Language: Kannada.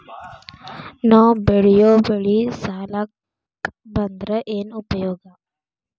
ನಾವ್ ಬೆಳೆಯೊ ಬೆಳಿ ಸಾಲಕ ಬಂದ್ರ ಏನ್ ಉಪಯೋಗ?